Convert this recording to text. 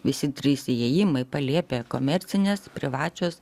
visi trys įėjimai palėpė komercinės privačios